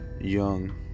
young